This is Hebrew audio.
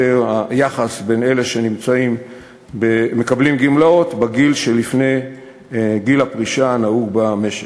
היחס של אלה שמקבלים גמלאות בגיל שלפני גיל הפרישה הנהוג במשק.